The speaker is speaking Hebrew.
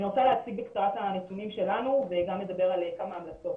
אני רוצה להציג בקצרה את הנתונים שלנו וגם לדבר על כמה המלצות.